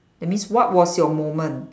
that means what was your moment